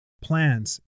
plans